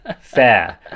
Fair